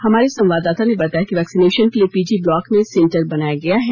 हमारे संवाददाता ने बताया है कि वैक्सीनेशन के लिए पीजी ब्लॉक में सेंटर बनाया गया है